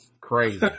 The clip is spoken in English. Crazy